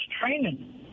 training